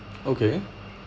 okay